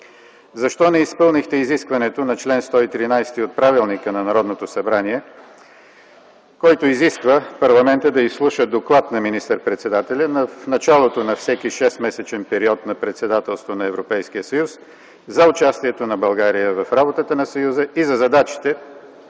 Защо не изпълнихте изискването на чл. 113 от Правилника на Народното събрание, който изисква парламентът да изслуша доклад на министър-председателя в началото на всеки шестмесечен период на председателство на Европейския съюз за участието на България в работата на Съюза и за задачите